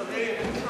שמונה סגנים,